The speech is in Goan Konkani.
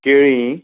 केळीं